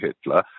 Hitler